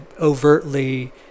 overtly